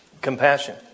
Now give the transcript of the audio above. Compassion